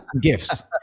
gifts